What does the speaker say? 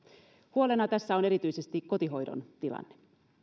huolena tässä on erityisesti kotihoidon tilanne